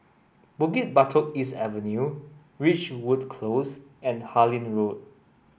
Bukit Batok East Avenue Ridgewood Close and Harlyn Road